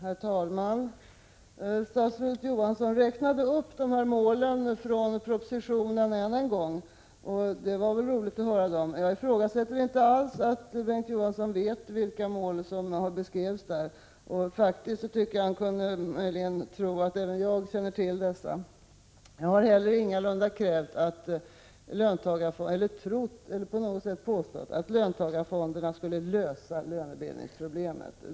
Herr talman! Statsrådet Johansson räknade än en gång upp de mål som är angivna i propositionen. Det var väl roligt att höra dem, men jag ifrågasätter inte alls att Bengt K. Å. Johansson vet vilka mål som är beskrivna där, och jag tycker faktiskt att han borde tro att även jag känner till dem. Jag har inte heller på något sätt påstått att löntagarfonderna skulle lösa lönebildningsproblemet.